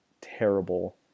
terrible